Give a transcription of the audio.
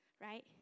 right